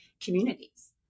communities